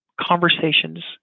conversations